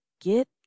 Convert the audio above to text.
get